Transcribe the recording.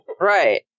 Right